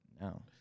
no